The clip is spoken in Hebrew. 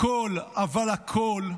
הכול, אבל הכול,